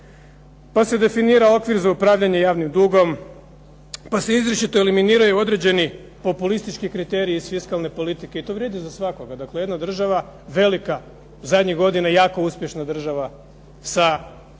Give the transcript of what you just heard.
pa se definira okvir za upravljanje javnim dugom, pa se izričito eliminiraju određeni populistički kriteriji iz fiskalne politike, i to vrijedi za svakoga, dakle jedna država velika zadnjih godina jako uspješna država sa dosta